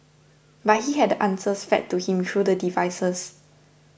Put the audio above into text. but he had the answers fed to him through the devices